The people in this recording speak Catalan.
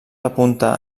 apunta